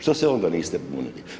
Što se onda niste bunili?